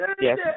Yes